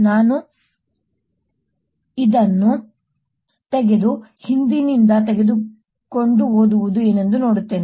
ನಾನು ಇದನ್ನು ತೆಗೆದು ಹಿಂದಿನಿಂದ ತೆಗೆದುಕೊಂಡು ಓದುವುದು ಏನೆಂದು ನೋಡುತ್ತೇನೆ